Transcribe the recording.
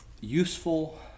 useful